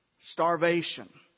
starvation